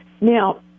Now